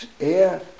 air